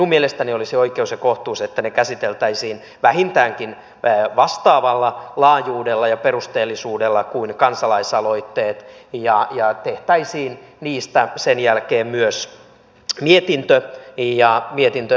minun mielestäni olisi oikeus ja kohtuus että ne käsiteltäisiin vähintäänkin vastaavalla laajuudella ja perusteellisuudella kuin kansalaisaloitteet ja tehtäisiin niistä sen jälkeen myös mietintö